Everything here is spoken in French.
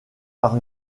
par